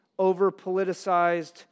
over-politicized